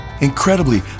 Incredibly